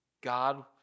God